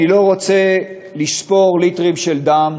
אני לא רוצה לספור ליטרים של דם,